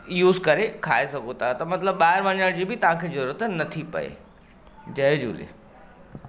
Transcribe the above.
use करे खाए सघो था त मतिलबु ॿाहिरि वञण जी बि तव्हांखे जरुरत नथी पए जय झूले